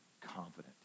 confident